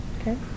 Okay